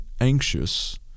anxious